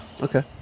Okay